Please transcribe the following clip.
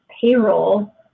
payroll